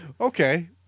Okay